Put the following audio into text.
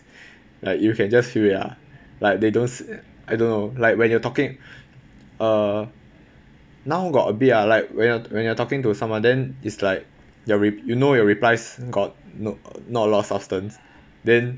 like you can just feel it ah like they don't s~ I don't know like when you're talking uh now got a bit ah like when you're when you're talking to someone then is like your re~ you know your replies got no~ not a lot of substance then